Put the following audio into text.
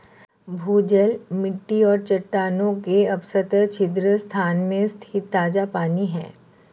भूजल मिट्टी और चट्टानों के उपसतह छिद्र स्थान में स्थित ताजा पानी है